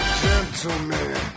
Gentleman